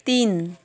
तिन